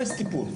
אפס טיפול.